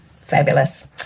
Fabulous